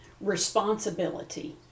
responsibility